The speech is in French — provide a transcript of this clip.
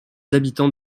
habitants